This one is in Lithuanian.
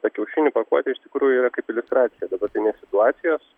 ta kiaušinių pakuotė iš tikrųjų yra kaip iliustracija dabartinės situacijos